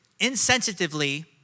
insensitively